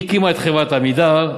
היא הקימה את חברת "עמידר",